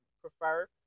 prefer